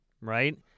Right